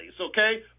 okay